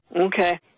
Okay